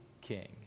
king